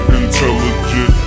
intelligent